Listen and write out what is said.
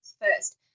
first